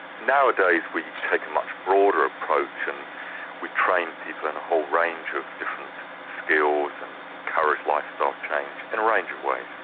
nowadays we take a much broader approach and we train people in a whole range of different skills and encourage lifestyle change in a range of ways.